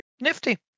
Nifty